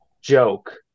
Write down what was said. joke